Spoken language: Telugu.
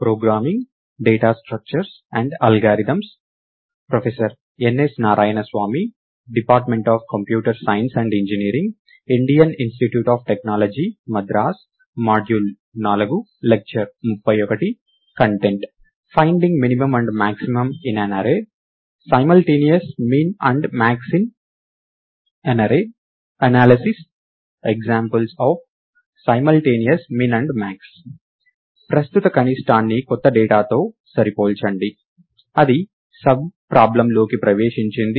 ప్రస్తుత కనిష్టాన్ని కొత్త డేటాతో సరిపోల్చండి అది సబ్ ప్రాబ్లమ్లోకి ప్రవేశించింది